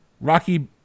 Rocky